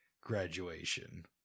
graduation